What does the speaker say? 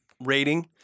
rating